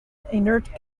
inert